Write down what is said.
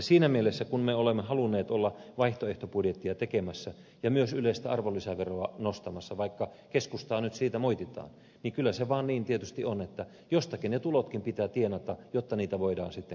siinä mielessä kun me olemme halunneet olla vaihtoehtobudjettia tekemässä ja myös yleistä arvonlisäveroa nostamassa vaikka keskustaa nyt siitä moititaan kyllä se vaan niin tietysti on että jostakin ne tulotkin pitää tienata jotta niitä voidaan sitten kohdentaa